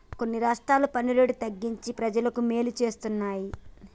కొన్ని రాష్ట్రాలు పన్ను రేటు తగ్గించి ప్రజలకు మేలు చేస్తున్నాయి